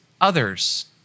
others